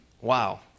Wow